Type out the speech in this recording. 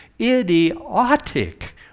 idiotic